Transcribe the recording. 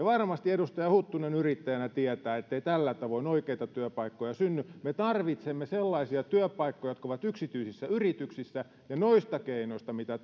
varmasti edustaja huttunen yrittäjänä tietää ettei tällä tavoin oikeita työpaikkoja synny me tarvitsemme sellaisia työpaikkoja jotka ovat yksityisissä yrityksissä ja noista keinoista mitä